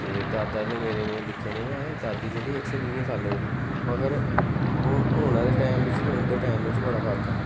ते दादा मेरे में दिक्खे नेईं ऐ हे दादी जेह्ड़ी इक सौ बीएं साले दी ही मगर हून हुना आह्ले टैम बिच्च ते उं'दे टैम च बड़ा फर्क हा